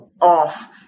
off